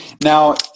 now